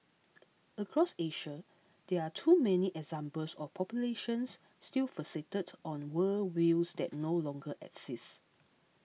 across Asia there are too many examples of populations still fixated on worldviews that no longer exist